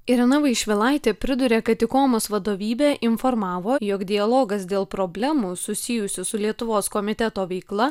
irena vaišvilaitė priduria kad ikomos vadovybė informavo jog dialogas dėl problemų susijusių su lietuvos komiteto veikla